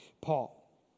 Paul